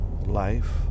life